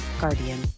Guardian